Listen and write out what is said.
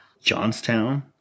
Johnstown